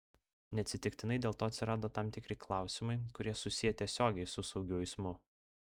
neatsitiktinai dėl to atsirado tam tikri klausimai kurie susiję tiesiogiai su saugiu eismu